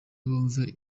bumve